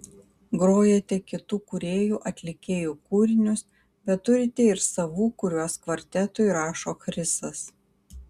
grojate kitų kūrėjų atlikėjų kūrinius bet turite ir savų kuriuos kvartetui rašo chrisas